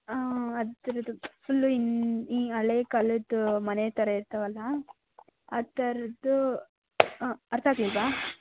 ಹಾಂ ಅದರದ್ದು ಫುಲ್ ಇನ್ ಈ ಹಳೆ ಕಾಲದ ಮನೆ ತರ ಇರತಾವಲ್ಲ ಆ ಥರದ್ದೂ ಅರ್ಥ ಆಗಲಿಲ್ವಾ